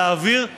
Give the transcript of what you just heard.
להעביר,